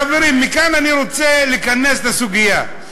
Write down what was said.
חברים, מכאן אני רוצה להיכנס לסוגיה.